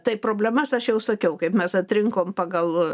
tai problemas aš jau sakiau kaip mes atrinkom pagal